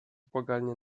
błagalnie